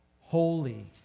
holy